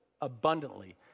abundantly